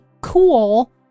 cool